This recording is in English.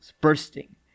bursting